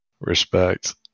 respect